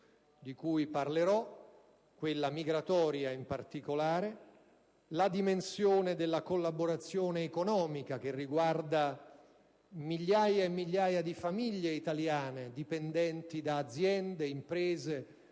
di cui parlerò, quella migratoria in particolare; la dimensione della collaborazione economica, che riguarda migliaia e migliaia di famiglie italiane dipendenti da aziende, imprese